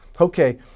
Okay